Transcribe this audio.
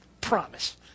Promise